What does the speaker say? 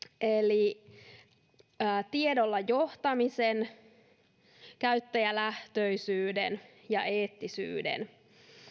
eli tiedolla johtamisen käyttäjälähtöisyyden ja eettisyyden